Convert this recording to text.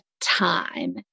time